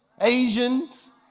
Asians